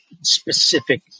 specific